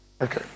Okay